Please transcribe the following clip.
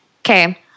Okay